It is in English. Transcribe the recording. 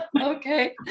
Okay